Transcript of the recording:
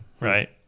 right